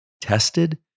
Tested